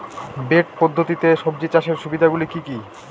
Bed পদ্ধতিতে সবজি চাষের সুবিধাগুলি কি কি?